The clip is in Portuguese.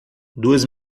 duas